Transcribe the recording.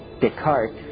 Descartes